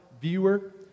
viewer